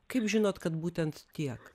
kaip žinot kad būtent tiek